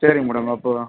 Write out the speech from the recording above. சரிங்க மேடம் அப்போது